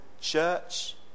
church